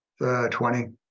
20